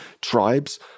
tribes